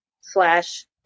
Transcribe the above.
slash